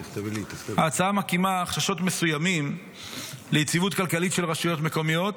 ההצעה מקימה חששות מסוימים ליציבות כלכלית של רשויות מקומיות,